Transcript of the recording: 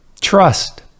Trust